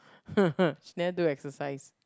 she never do exercise